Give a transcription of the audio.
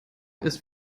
ist